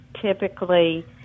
typically